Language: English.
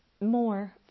More